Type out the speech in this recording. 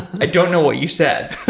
i don't know what you said.